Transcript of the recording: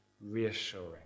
reassuring